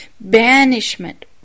Banishment